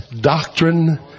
doctrine